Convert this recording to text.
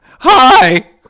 Hi